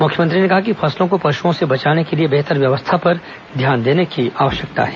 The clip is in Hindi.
मुख्यमत्री ने कहा कि फसलों को पशुओं से बचाने के लिए बेहतर व्यवस्था पर ध्यान देने की जरूरत है